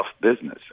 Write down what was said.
business